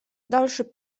dalszy